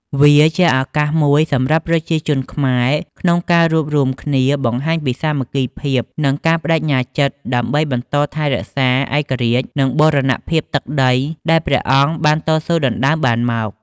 វាជាឱកាសមួយសម្រាប់ប្រជាជនខ្មែរក្នុងការរួបរួមគ្នា បង្ហាញពីសាមគ្គីភាព និងការប្ដេជ្ញាចិត្តដើម្បីបន្តថែរក្សាឯករាជ្យ និងបូរណភាពទឹកដីដែលព្រះអង្គបានតស៊ូដណ្ដើមបានមក។